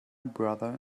brother